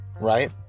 right